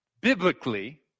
Biblically